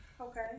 Okay